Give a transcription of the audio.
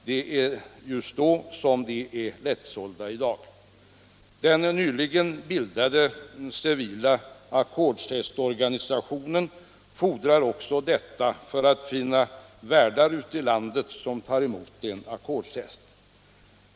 Då är de i dag lättsålda. Den nyligen bildade civila ackordshästorganisationen fordrar också detta för att finna värdar ute i landet som tar emot en ackordshäst.